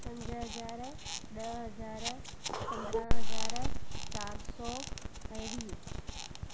पंज हज़ार ॾह हज़ार पंद्राह हज़ार चारि सौ ऐं वीह